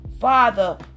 Father